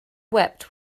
wept